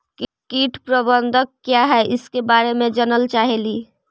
कीट प्रबनदक क्या है ईसके बारे मे जनल चाहेली?